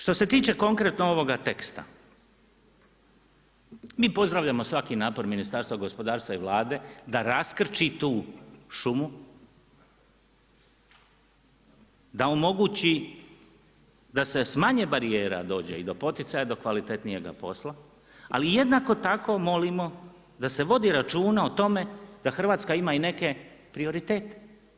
Što se tiče konkretno ovoga teksta, mi pozdravljamo svaki napor Ministarstva gospodarstva i Vlade da raskrči tu šumu, da omogući da se s manje barijera dođe do poticaja, do kvalitetnijega posla, ali jednako tako molimo da se vodi računa o tome da Hrvatska ima i neke prioritete.